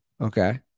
Okay